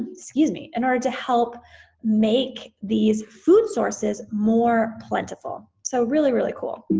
excuse me, in order to help make these food sources more plentiful. so really, really cool.